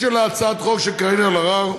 בקשר להצעת החוק של קארין אלהרר,